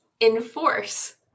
Enforce